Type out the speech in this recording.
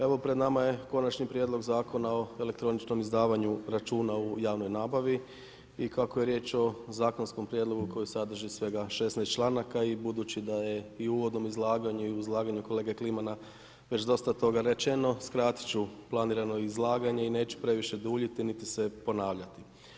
Evo pred nama je Konačni prijedlog zakona o elektroničkom izdavanju računa u javnoj nabavi i kako je riječ o zakonskom prijedlogu koji sadrži svega 16 članaka i budući da je i u uvodnom izlaganju i u izlaganju kolege Klimana već dosta toga rečeno skratit ću planirano izlaganje i neću previše duljiti niti se ponavljati.